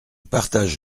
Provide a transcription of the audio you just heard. partage